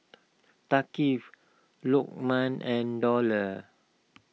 Thaqif Lukman and Dollah